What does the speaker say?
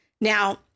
Now